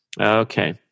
Okay